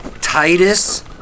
Titus